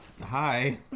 Hi